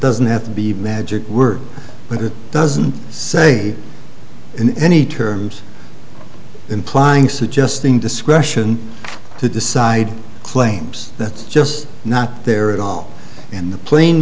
doesn't have to be magic word but it doesn't say in any terms implying suggesting discretion to decide claims that's just not there at all in the pla